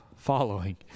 following